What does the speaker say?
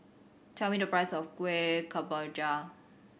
tell me the price of Kuih Kemboja